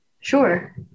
Sure